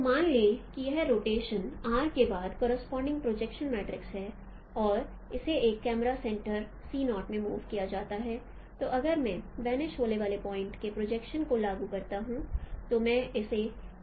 तो मान लें कि यह रोटेशन R के बाद करोसपोंडिंग प्रोजेक्शन मैट्रिक्स है और इसे एक कैमरा सेंटर में मूव किया जाता है तो अगर मैं वनिश होने वाले पॉइंट्स के प्रोजेक्शन को लागू करता हूं तो मैं इसे KRd के रूप में लिख सकता हूं